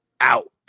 out